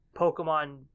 Pokemon